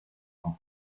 son